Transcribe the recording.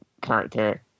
character